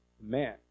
man